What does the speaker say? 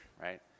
right